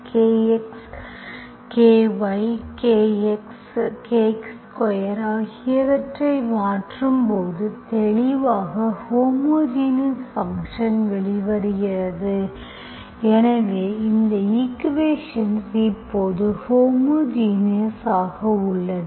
kX kY kX k2 ஆகியவற்றை மாற்றும்போது தெளிவாக ஹோமோஜினஸ் ஃபங்க்ஷன் வெளிவருகிறது எனவே இந்த ஈக்குவேஷன்ஸ் இப்போது ஹோமோஜினஸ் ஆக உள்ளது